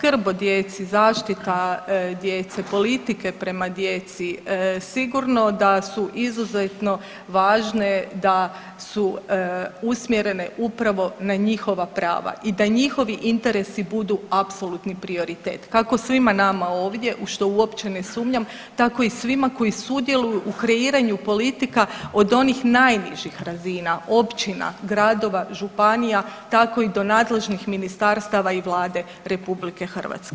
Pa skrb o djeci, zaštita djece, politike prema djeci sigurno da su izuzetno važne, da su usmjerene upravo na njihova prava i da njihovi interesi budu apsolutni prioritet kako svima nama ovdje u što uopće ne sumnjam tako i svima koji sudjeluju u kreiranju politika od onih najnižih razina općina, gradova, županija tako i do nadležnih ministarstava i Vlade RH.